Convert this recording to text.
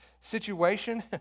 situation